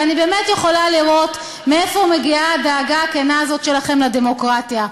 ואני באמת יכולה לראות מאיפה מגיעה הדאגה הכנה הזאת שלכם לדמוקרטיה.